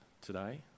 today